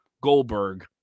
Goldberg